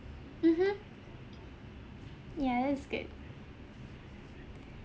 mmhmm ya that's good